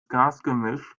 gasgemischs